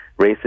racist